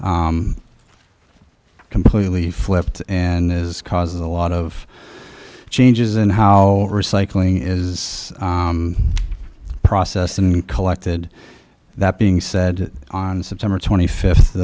is completely flipped and this causes a lot of changes in how recycling is processed and collected that being said on september twenty fifth